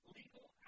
legal